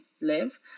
live